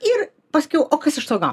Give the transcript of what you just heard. ir paskiau o kas iš to na